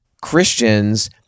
Christians—